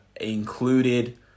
included